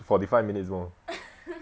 forty five minutes more